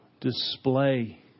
display